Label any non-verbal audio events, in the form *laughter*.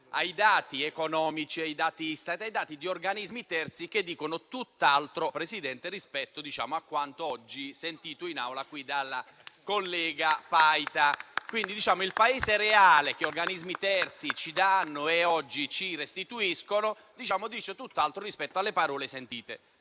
ai dati economici, ai dati Istat e di organismi terzi che dicono tutt'altro rispetto a quanto oggi sentito in Aula dalla collega Paita. *applause* Il Paese reale che organismi terzi ci trasmettono e oggi ci restituiscono dice tutt'altro rispetto alle parole sentite